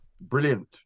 brilliant